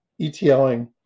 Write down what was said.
ETLing